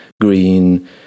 green